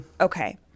Okay